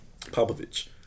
Popovich